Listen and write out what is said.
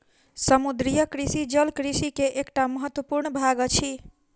समुद्रीय कृषि जल कृषि के एकटा महत्वपूर्ण भाग अछि